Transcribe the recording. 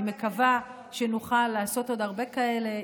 אני מקווה שנוכל לעשות עוד הרבה כאלה.